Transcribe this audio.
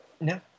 No